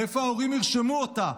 לאיפה ההורים ירשמו אותה?